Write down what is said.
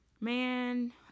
Man